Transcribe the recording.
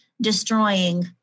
destroying